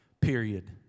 period